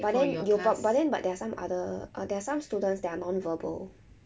but then you got but then but there are some other uh there are some students they are non verbal